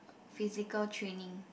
physical training